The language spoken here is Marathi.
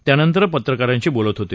त्यानंतर ते पत्रकारांशी बोलत होते